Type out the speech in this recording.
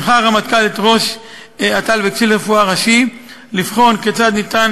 הנחה הרמטכ"ל את ראש אט"ל וקצין רפואה ראשי לבחון כיצד ניתן